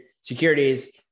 securities